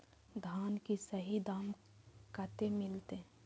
धान की सही दाम कते मिलते?